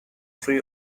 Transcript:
free